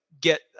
get